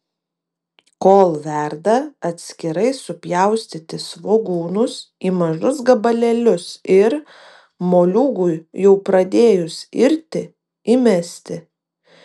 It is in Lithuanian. kol verda atskirai supjaustyti svogūnus į mažus gabalėlius ir moliūgui jau pradėjus irti įmesti